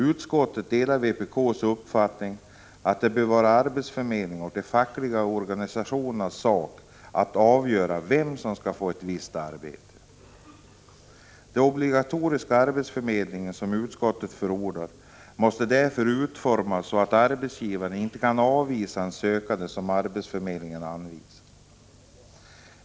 Utskottet delar vpk:s uppfattning att det bör vara arbetsförmedlingens och de fackliga organisationernas sak att avgöra vem som skall få ett visst arbete. Den obligatoriska arbetsförmedling som utskottet förordar måste därför utformas så att en arbetsgivare inte kan avvisa en sökande som arbetsförmedlingen anvisar.